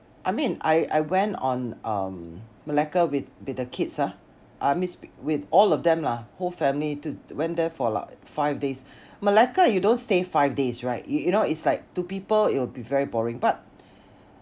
I mean I I went on um Malacca with with the kids ah uh I mean with all of them lah whole family to went there for like five days Malacca you don't stay five days right you you know it's like to people it'll be very boring but